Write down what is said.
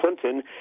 Clinton